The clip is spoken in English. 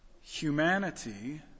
humanity